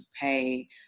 pay